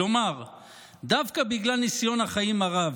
כלומר דווקא בגלל ניסיון החיים הרב,